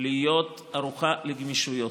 להיות ערוכה לגמישויות,